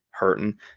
hurting